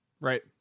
right